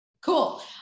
cool